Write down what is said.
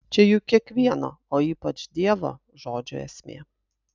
čia juk kiekvieno o ypač dievo žodžio esmė